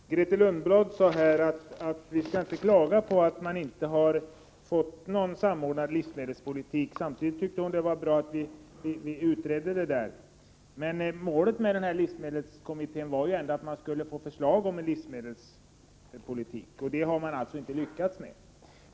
Herr talman! Grethe Lundblad sade att vi inte skulle klaga på att man inte fått någon samordnad livsmedelspolitik. Samtidigt tyckte hon att det var bra att vi utredde frågan. Målet för livsmedelskommittén var ju att komma med förslag till en livsmedelspolitik. Det har man alltså inte lyckats med.